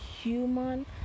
human